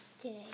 today